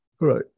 Right